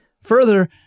Further